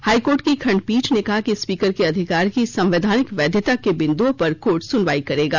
high court की खंडपीठ ने कहा कि स्पीकर के अधिकार की संवैधानिक वैधता के बिंदुओं पर कोर्ट सुनवाई करेगा